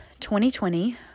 2020